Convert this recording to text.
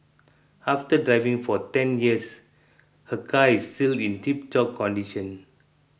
after driving for ten years her car is still in tiptop condition